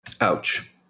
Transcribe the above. Ouch